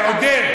עודד,